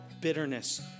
bitterness